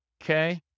Okay